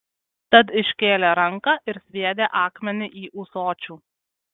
tad iškėlė ranką ir sviedė akmenį į ūsočių